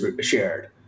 shared